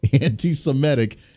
anti-Semitic